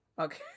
Okay